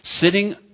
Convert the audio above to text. Sitting